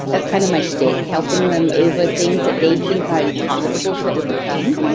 that's kind of my shtick helping them over things that they think are impossible to overcome.